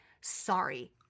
sorry